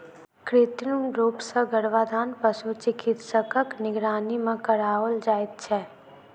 कृत्रिम रूप सॅ गर्भाधान पशु चिकित्सकक निगरानी मे कराओल जाइत छै